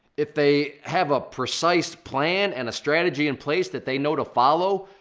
if they have a precise plan and a strategy in place that they know to follow,